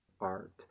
Art